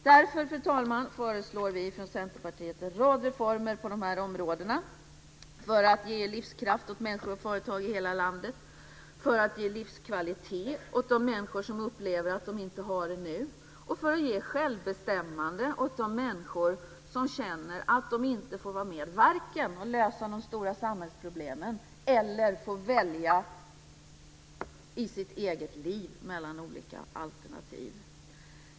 Därför, fru talman, föreslår vi från Centerpartiet en rad reformer på dessa områden för att ge livskraft åt människor och företag i hela landet, för att ge livskvalitet åt de människor som upplever att de inte har det nu och för att ge självbestämmande åt de människor som känner att de inte får vara med, varken att lösa de stora samhällsproblemen eller välja i sitt eget liv mellan olika alternativ.